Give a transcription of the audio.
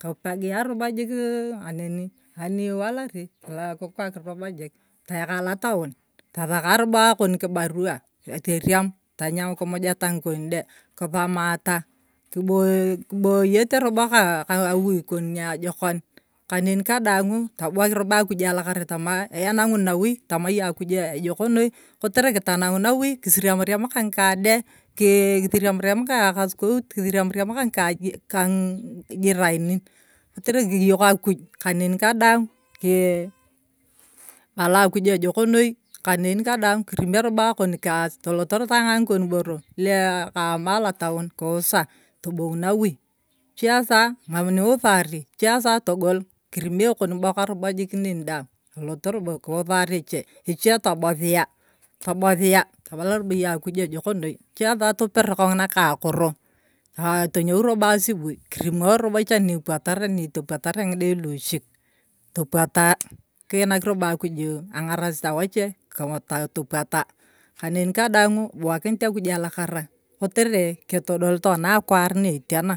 Kipagia robo jik kaneni, aniwalari kikok robo jik toyaka lotion tasaka robo ekon kibaruwa, toriam tanyam, kimujata ng’ikon de, kisomata, kiboo kiboo kiboyete robo kaawui kon niajokon kaneni kadang’u, tobuwak robo akuj alakara tama, enang’un nawui tama yong akuju ejoko noi kotere kitanana nawui kisiriam riam ka ng’ikade, kisiriam riam kaekasukout, kisiria riam ka ng’ikajiranin kotere kiyok akuj kaneni kadaang iye iye abala akuj ejok noi kanani kadaang kirimio akon kas, torot tang’aa ng’ikon boro lue kama alataon kiusa, tobong nawui echiesa mam nyiesari, echiesa togol, kirimio ekon boka robo jik neni daang kiusaar echie, echie tobosiya, tobosiya tamayongakoj ejok noi, echiesa toper kong’ina kaa akoro, aa tonyou robo asubui kirimoo robo jik niipwotar kitopwata robo ng’ide louchik, topwata kiinak robo akuju ang’arasit awachie, topwata, kaneni kadaang’u ibswakinit akuj alakara kotere ketodot tokona akwar tokona natiana